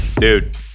Dude